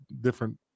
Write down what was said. different